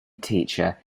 teacher